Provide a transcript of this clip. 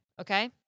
okay